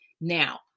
Now